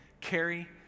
carry